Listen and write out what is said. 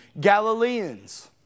Galileans